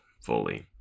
fully